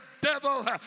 devil